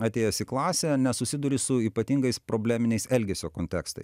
atėjęs į klasę nesusiduri su ypatingais probleminiais elgesio kontekstais